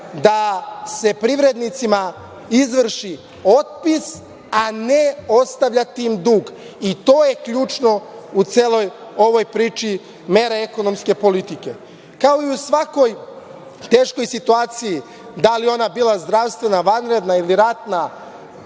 da se privrednicima izvrši otpis, a ne ostavljati im dug. To je ključno u celoj ovoj priči mere ekonomske politike. Kao i u svakoj teškoj situaciji, da li ona bila zdravstvena, vanredna ili ratna,